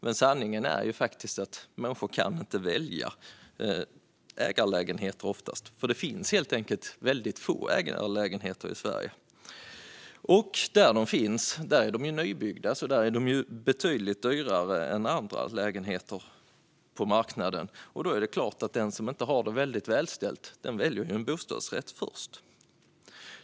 Men sanningen är ju faktiskt att människor oftast inte kan välja ägarlägenheter, för det finns helt enkelt väldigt få ägarlägenheter i Sverige. Och där de finns är de nybyggda och därmed betydligt dyrare än andra lägenheter på marknaden. Då är det klart att den som inte är väldigt välbeställd hellre väljer en bostadsrätt.